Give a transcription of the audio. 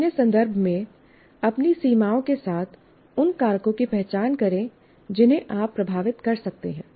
अपने संदर्भ में अपनी सीमाओं के साथ उन कारकों की पहचान करें जिन्हें आप प्रभावित कर सकते हैं